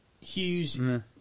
Hughes